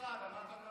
שרת ההסברה, כך נאמר.